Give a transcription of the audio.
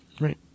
Right